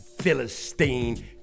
Philistine